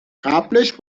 قبلش